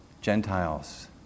Gentiles